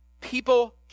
people